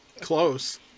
Close